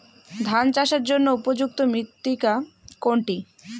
ধান চাষের জন্য উপযুক্ত মৃত্তিকা কোনটি?